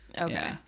okay